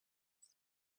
pits